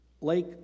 lake